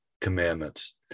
commandments